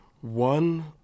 One